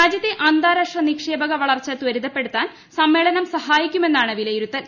രാജ്യത്തെ അന്താരാഷ്ട നിക്ഷേപക വളർച്ച ത്വരിതപ്പെടുത്താൻ സമ്മേളനം സഹായിക്കുമെന്നാണ് വിലയിരുത്തൽ